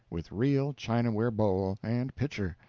with real china-ware bowl and pitcher,